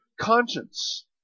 conscience